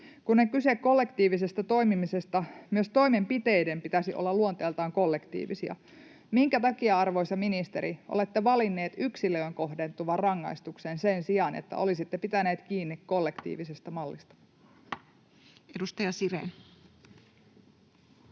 Kun on kyse kollektiivisesta toimimisesta, myös toimenpiteiden pitäisi olla luonteeltaan kollektiivisia. Minkä takia, arvoisa ministeri, olette valinneet yksilöön kohdentuvan rangaistuksen sen sijaan, että olisitte pitäneet kiinni kollektiivisesta mallista? [Speech